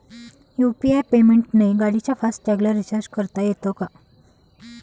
UPI पेमेंटने गाडीच्या fast टॅगला रिर्चाज करता येते का?